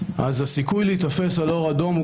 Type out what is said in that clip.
אז הסיכוי להיתפס על אור אדום הוא